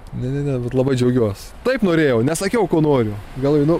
ne ne ne ir labai džiaugiuos taip norėjau nesakiau ko noriu atgal einu